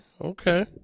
Okay